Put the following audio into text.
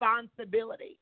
responsibility